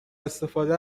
استفاده